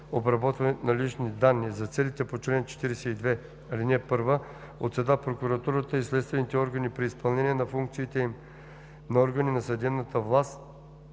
обработване на лични данни за целите по чл. 42, ал. 1 от съда, прокуратурата и следствените органи при изпълнение на функциите им на органи на съдебната власт